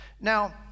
now